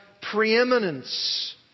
preeminence